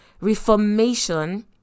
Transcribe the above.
reformation